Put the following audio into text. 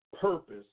purpose